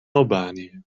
albanië